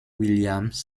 williams